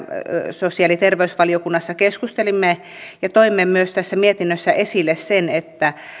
sosiaali ja terveysvaliokunnassa keskustelimme ja toimme myös tässä mietinnössä esille sen että